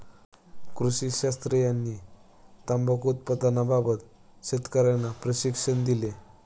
कृषी शास्त्रज्ञांनी तंबाखू उत्पादनाबाबत शेतकर्यांना प्रशिक्षण दिले